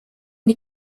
die